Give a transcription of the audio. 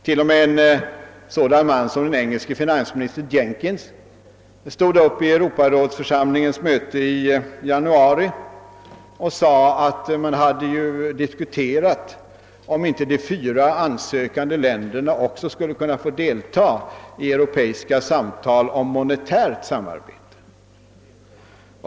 Till och med en sådan man som den engelske finansministern Jenkins sade i januari i Europarådets rådgivande församling att man hade diskuterat om inte »de fyra ansökande länderna» också skulle kunna få delta i europeiska samtal om monetärt samarbete.